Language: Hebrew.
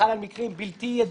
וחל על מקרים בלתי ידועים,